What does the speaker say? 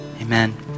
Amen